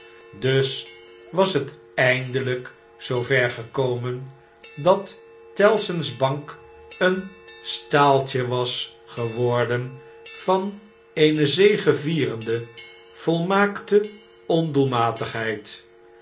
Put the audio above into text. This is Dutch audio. dus was bet eindeljjk zoo ver gekomen dat tellson's bank een staaltje was geworden van eene zegevierende volmaakte